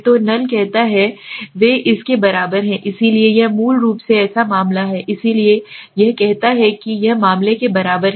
तो नल कहता है वे इसके बराबर हैं इसलिए यह मूल रूप से ऐसा मामला है इसलिए यह कहता है कि यह मामले के बराबर है